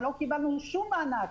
לא קיבלנו שום מענק.